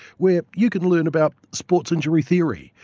where you can learn about sports injuries theory,